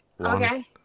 Okay